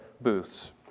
Booths